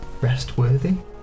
restworthy